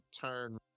turn